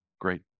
Great